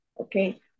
okay